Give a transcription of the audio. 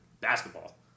basketball